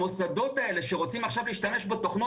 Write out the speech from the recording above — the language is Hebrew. המוסדות האלה שרוצים עכשיו להשתמש בתוכנות,